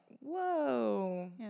whoa